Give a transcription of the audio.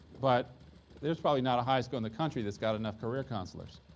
but there's probably not a high school in the country that's got enough career counselors,